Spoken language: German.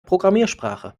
programmiersprache